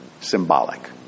symbolic